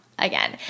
Again